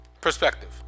Perspective